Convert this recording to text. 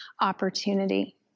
opportunity